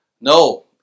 No